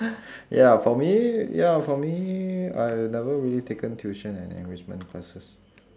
ya for me ya for me I never really taken tuition and enrichment classes